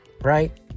Right